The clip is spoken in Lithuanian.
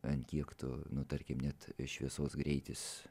ant kiek tu nu tarkim net šviesos greitis